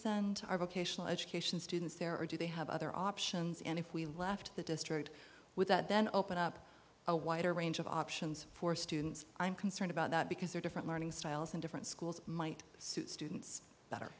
send our vocational education students there or do they have other options and if we left the destroyed with that then open up a wider range of options for students i'm concerned about that because their different learning styles in different schools might suit students